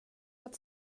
att